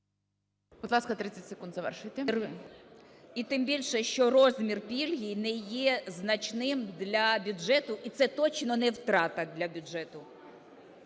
…і тим більше, що розмір пільги не є значним для бюджету, і це точно не втрата для бюджету.